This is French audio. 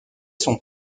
sont